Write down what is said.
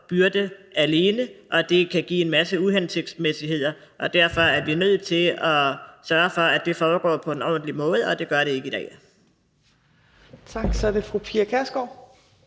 byrde alene, og det kan give en masse uhensigtsmæssigheder. Og derfor er vi nødt til at sørge for, at det foregår på en ordentlig måde, og det gør det ikke i dag. Kl. 14:12 Fjerde næstformand